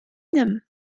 them